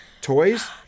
toys